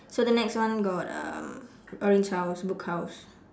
so the next one got uh orange house book house